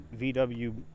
VW